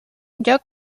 lloc